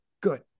good